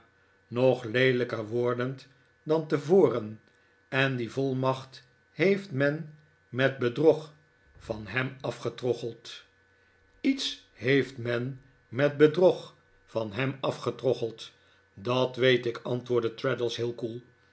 nog leelijker wordend dan tevoren en die volmacht heeft men met be drog van hem afgetroggeld iets heeft men met bedrog van hem afgetroggeld dat weet ik antwoordde traddles heel koel